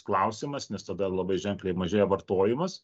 klausimas nes tada labai ženkliai mažėja vartojimas